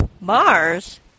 Mars